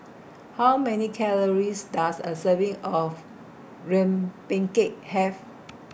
How Many Calories Does A Serving of Rempeyek Have